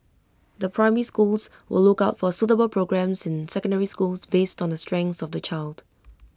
the primary schools will look out for suitable programmes in secondary schools based on the strengths of the child